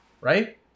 Right